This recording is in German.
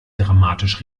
dramatisch